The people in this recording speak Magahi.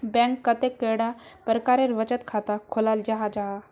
बैंक कतेक कैडा प्रकारेर बचत खाता खोलाल जाहा जाहा?